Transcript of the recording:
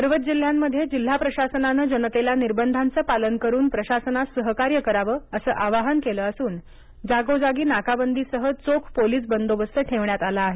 सर्वच जिल्ह्यांमधे जिल्हा प्रशासनानं जनतेला निर्बंधांचं पालन करून प्रशासनास सहकार्य करावं असं आवाहन केलं असून जागोजागी नाकाबंदीसह चोख पोलीस बंदोबस्त ठेवण्यात आला आहे